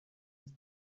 his